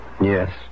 Yes